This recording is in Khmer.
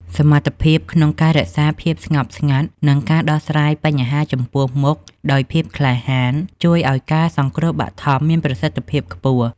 សមត្ថភាពក្នុងការរក្សាភាពស្ងប់ស្ងាត់ និងការដោះស្រាយបញ្ហាចំពោះមុខដោយភាពក្លាហាន ជួយឱ្យការសង្គ្រោះបឋមមានប្រសិទ្ធភាពខ្ពស់។